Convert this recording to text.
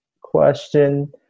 question